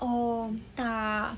oh tak